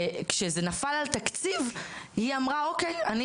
וכשזה נפל על תקציב, היא אמרה אוקיי.